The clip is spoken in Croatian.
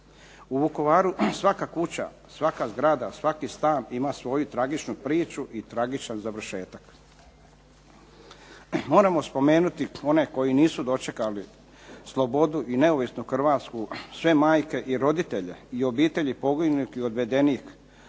U Vukovaru svaka kuća, svaka zgrada, svaki stan ima svoju tragičnu priču i tragičan završetak. Moramo spomenuti one koji nisu dočekali slobodu i neovisnu Hrvatsku, sve majke i roditelje i obitelji poginulih i odvedenih